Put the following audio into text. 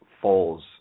falls